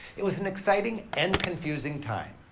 it was an exciting and confusing time.